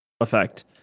effect